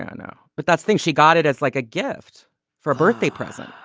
i know. but that's think she got it as like a gift for a birthday present.